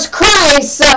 Christ